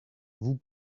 vous